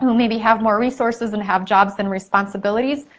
maybe have more resources and have jobs and responsibilities,